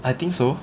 I think so